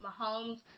Mahomes